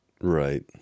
right